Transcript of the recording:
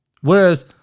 Whereas